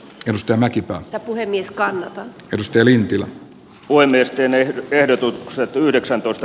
jos tämäkin puhe niskaan perustelin sillä voi myös venäjän ehdotukset yhdeksäntoista